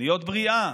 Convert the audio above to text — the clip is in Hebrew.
להיות בריאה,